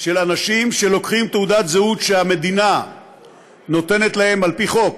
של אנשים שלוקחים תעודת זהות שהמדינה נותנת להם על פי חוק,